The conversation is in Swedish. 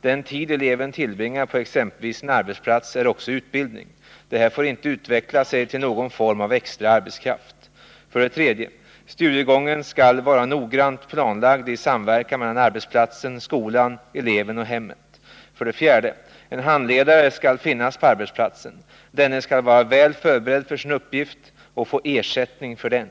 Den tid eleven tillbringar på exempelvis en arbetsplats är också utbildning. Det här får inte utveckla sig till någon form av extra arbetskraft. 3. Studiegången skall vara noggrant planlagd i samverkan mellan arbetsplatsen, skolan, eleven och hemmet. 4. En handledare skall finnas på arbetsplatsen. Denne skall vara väl förberedd för sin uppgift och få ersättning för den.